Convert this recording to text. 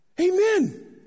Amen